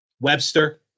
Webster